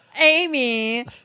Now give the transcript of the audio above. Amy